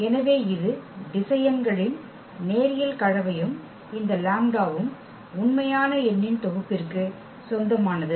எனவே இது திசையன்களின் நேரியல் கலவையும் இந்த லாம்ப்டாவும் உண்மையான எண்ணின் தொகுப்பிற்கு சொந்தமானது